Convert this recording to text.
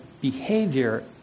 behavior